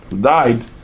died